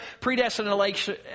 predestination